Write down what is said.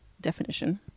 definition